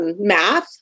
math